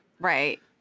Right